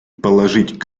положить